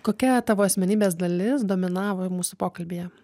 kokia tavo asmenybės dalis dominavo mūsų pokalbyje